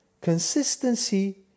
consistency